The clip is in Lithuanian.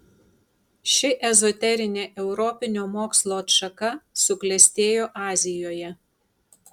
ši ezoterinė europinio mokslo atšaka suklestėjo azijoje